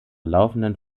laufenden